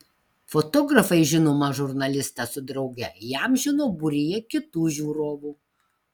fotografai žinomą žurnalistą su drauge įamžino būryje kitų žiūrovų